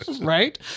Right